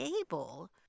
able